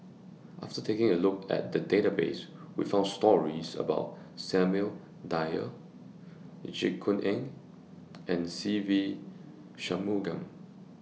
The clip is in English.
after taking A Look At The Database We found stories about Samuel Dyer Jit Koon Ch'ng and Se Ve Shanmugam